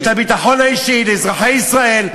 את הביטחון האישי לאזרחי ישראל.